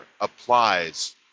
applies